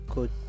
Good